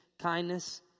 kindness